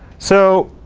so,